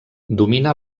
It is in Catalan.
domina